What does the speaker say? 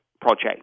project